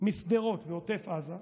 משדרות ועוטף עזה,